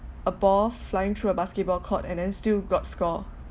a ball flying through a basketball court and then still got score